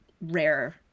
rare